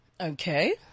Okay